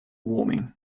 warming